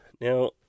Now